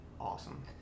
Awesome